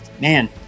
man